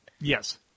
Yes